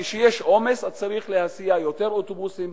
כשיש עומס צריך להסיע יותר אוטובוסים.